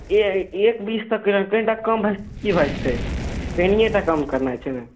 एक एक बीस तक कनि कम की भऽ जेतै कनिये तऽ कम केनइ छै